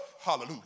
Hallelujah